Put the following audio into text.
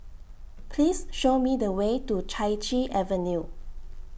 Please Show Me The Way to Chai Chee Avenue